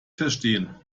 verstehen